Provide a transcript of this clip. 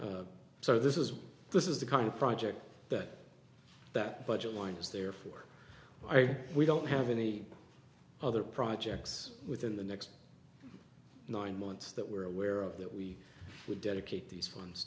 so this is this is the kind of project that that budget line is there for i we don't have any other projects within the next nine months that we're aware of that we would dedicate these funds